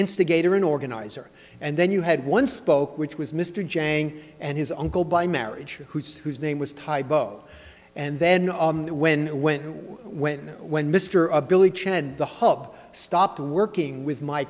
instigator an organizer and then you had one spoke which was mr jang and his uncle by marriage whose whose name was typo and then when when when when mr a billy chan the hub stopped working with my